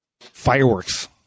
Fireworks